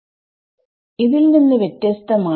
K ൽ നിന്ന് വ്യത്യസ്തമാണ്